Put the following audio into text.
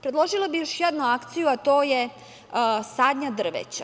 Predložila bih još jednu akciju, a to je sadnja drveća.